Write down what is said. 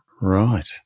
Right